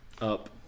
Up